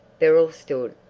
beryl stood,